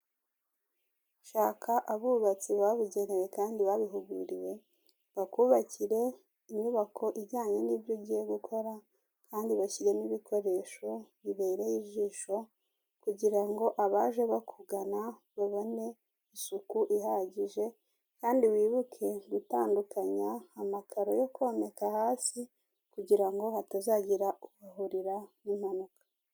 Shaka abubatsi babigenewe kandi babihuguriwe, bakubakire inyubako ijyanye n'ibyo ugiye gukora, kandi bashyiremo ibikoresho bibereye ijisho, kugirango abaje bakugana babone isuku ihagije kandi wibuke gutandukanya amakaro yo komeka hasi kugirango hatazagira uhahurira n'impanuka.